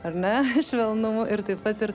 ar ne švelnumu ir taip pat ir